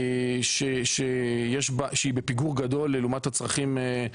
החשמל שהיא בפיגור גדול לעומת הצרכים.